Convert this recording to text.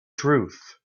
truth